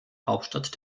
hauptstadt